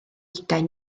ugain